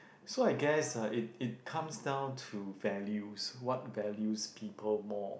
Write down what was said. so I guess uh it it comes down to values what values people more